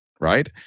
right